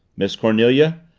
miss cornelia,